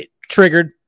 triggered